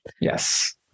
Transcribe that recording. Yes